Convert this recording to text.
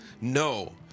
no